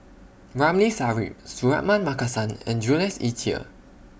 Ramli Sarip Suratman Markasan and Jules Itier